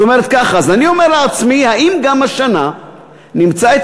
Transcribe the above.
אז אני אומר לעצמי: האם גם השנה נמצא את